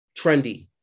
Trendy